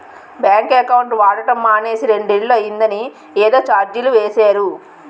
bank account వాడడం మానేసి రెండేళ్ళు అయిందని ఏదో చార్జీలు వేసేరు